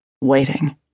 waiting